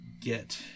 get